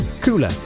Cooler